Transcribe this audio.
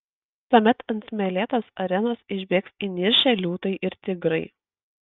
tuomet ant smėlėtos arenos išbėgs įniršę liūtai ir tigrai